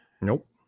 Nope